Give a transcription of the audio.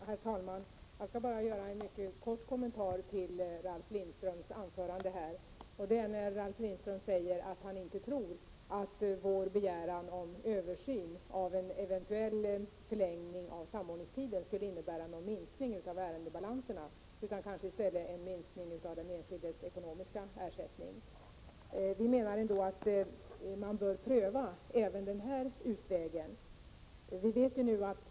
Herr talman! Jag skall bara göra en mycket kort kommentar till Ralf Lindströms anförande. Ralf Lindström säger att han inte tror att vår begäran om översyn av en eventuell förlängning av samordningstiden skulle innebära någon minskning av ärendebalanserna, utan kanske i stället en minskning av den enskildes ekonomiska ersättning. Vi menade att man bör pröva även denna utväg.